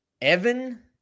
Evan